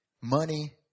money